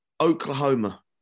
Oklahoma